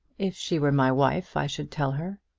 if she were my wife i should tell her.